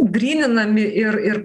gryninami ir ir